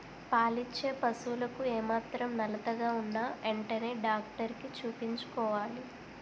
పాలిచ్చే పశువులకు ఏమాత్రం నలతగా ఉన్నా ఎంటనే డాక్టరికి చూపించుకోవాలి